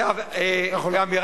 לא, גם עכשיו אני חבר כנסת.